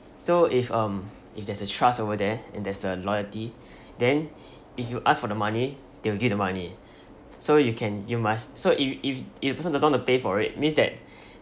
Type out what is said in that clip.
so if um if there's a trust over there and there's the loyalty then if you ask for the money they'll give the money so you can you must so if if if the person doesn't want to pay for it means that